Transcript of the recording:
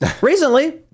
Recently